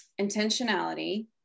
intentionality